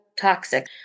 toxic